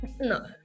No